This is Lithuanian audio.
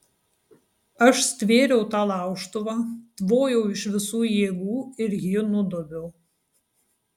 aš stvėriau tą laužtuvą tvojau iš visų jėgų ir jį nudobiau